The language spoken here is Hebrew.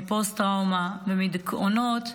מפוסט-טראומה ומדיכאונות,